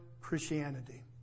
Christianity